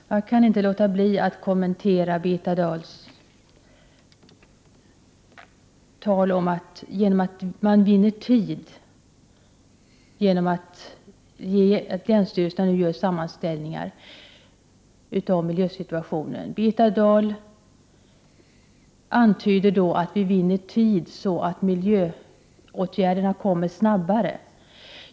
Fru talman! Jag kan inte låta bli att kommentera Birgitta Dahls tal om att man vinner tid genom att länsstyrelserna gör sammanställningar om miljösituationen. Birgitta Dahl antydde att miljöåtgärderna då kommer snabbare.